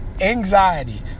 anxiety